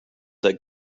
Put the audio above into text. that